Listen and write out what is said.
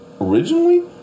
Originally